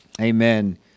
Amen